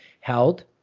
held